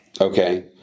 Okay